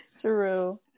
true